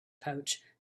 pouch